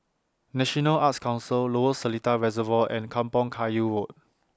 National Arts Council Lower Seletar Reservoir and Kampong Kayu Road